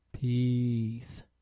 Peace